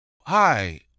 Hi